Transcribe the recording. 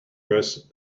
dress